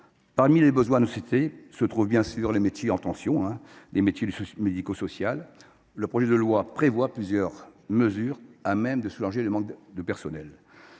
Parmi les besoins de notre société se trouvent, bien sûr, les métiers en tension du médico social. Le projet de loi prévoit plusieurs mesures à même de soulager le manque de personnel.